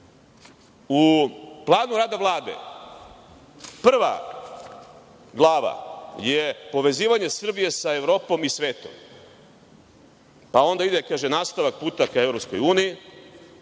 planu rada Vlade Prva glava je povezivanje Srbije sa Evropom i svetom, pa onda ide, kaže, nastavak puta ka EU, partnerstva